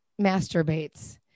masturbates